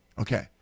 Okay